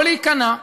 לא להיכנע.